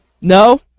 No